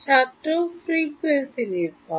ছাত্র ফ্রিকোয়েন্সি নির্ভর